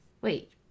Wait